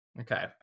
okay